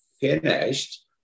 finished